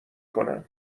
کنم